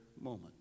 moment